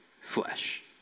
flesh